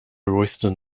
royston